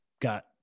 got